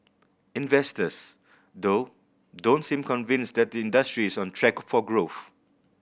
investors though don't seem convinced that the industry is on track for growth